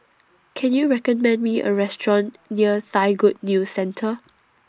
Can YOU recommend Me A Restaurant near Thai Good News Centre